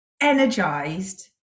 energized